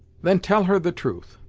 then tell her the truth.